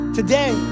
Today